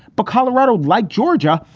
but colorado, like georgia,